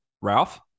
Ralph